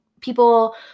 people